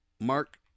Mark